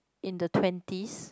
in the twenties